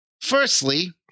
firstly